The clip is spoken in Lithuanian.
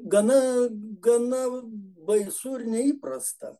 gana gana baisu ir neįprasta